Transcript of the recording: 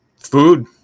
food